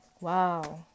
wow